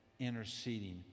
interceding